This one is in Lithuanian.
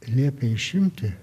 liepė išimti